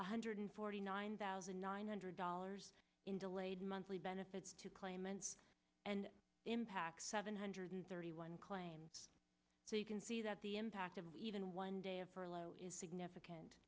one hundred forty nine thousand nine hundred dollars in delayed monthly benefits to claimants and impacts seven hundred thirty one claims so you can see that the impact of even one day of furlough is significant